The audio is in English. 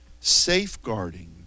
safeguarding